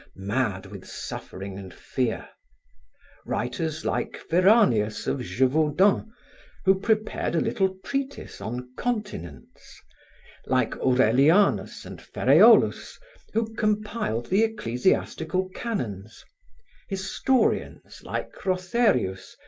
mad with suffering and fear writers like veranius of gevaudan who prepared a little treatise on continence like aurelianus and ferreolus who compiled the ecclesiastical canons historians like rotherius,